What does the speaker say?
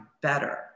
better